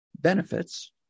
benefits